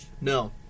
No